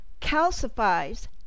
calcifies